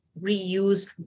reused